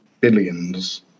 billions